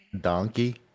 Donkey